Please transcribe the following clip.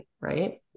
right